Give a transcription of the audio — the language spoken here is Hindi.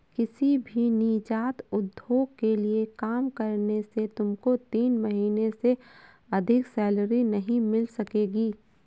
किसी भी नीजात उद्योग के लिए काम करने से तुमको तीन महीने से अधिक सैलरी नहीं मिल सकेगी